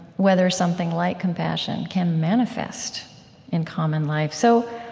whether something like compassion can manifest in common life so,